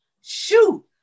shoot